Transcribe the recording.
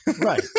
Right